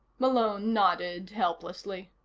malone nodded helplessly.